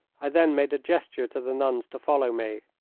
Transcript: i then made a gesture to the nuns to follow me.